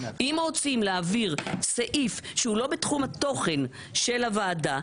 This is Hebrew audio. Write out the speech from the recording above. אם רוצים להעביר סעיף שהוא לא בתחום התוכן של הוועדה,